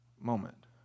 moment